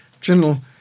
general